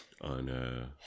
on